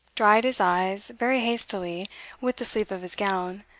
dried his eyes very hastily with the sleeve of his gown,